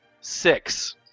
Six